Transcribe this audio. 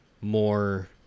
more